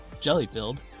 jelly-filled